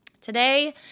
today